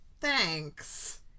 Thanks